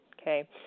okay